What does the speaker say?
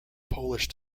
polish